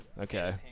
Okay